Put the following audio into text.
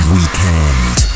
Weekend